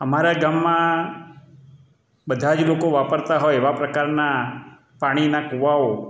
અમારા ગામમાં બધા જ લોકો વાપરતા હોય એવા પ્રકારના પાણીના કૂવાઓ